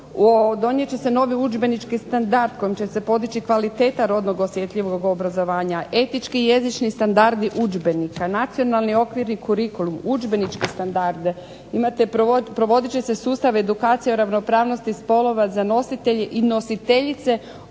Donijet će se novi udžbenički standard kojim će se podići kvaliteta rodno osjetljivog obrazovanja, etički i jezični standardi udžbenika, nacionalni okvirni kurikulum, udžbenički standard. Provodit će se sustav edukacije o ravnopravnosti spolova za nositelje i